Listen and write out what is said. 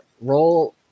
Roll